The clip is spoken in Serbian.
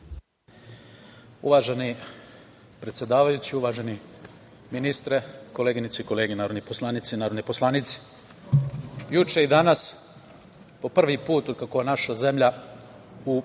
Hvala. Uvaženi predsedavajući, uvaženi ministre, koleginice i kolege narodni poslanici i narodne poslanice, juče i danas, po prvi put od kako je naša zemlja u